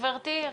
גברתי?